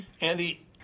Andy